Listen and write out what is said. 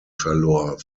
verlor